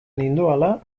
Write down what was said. nindoala